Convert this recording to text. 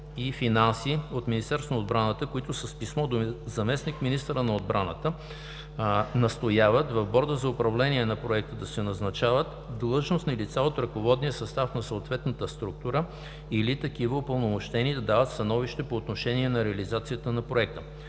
и „Финанси" от Министерството на отбраната, които с писмо до заместник-министъра на отбраната настояват в Борда за управление на проекта да се назначават длъжностни лица от ръководния състав на съответната структура или такива упълномощени да дават становище по отношение на реализацията на проекта.